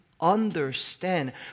understand